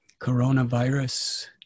coronavirus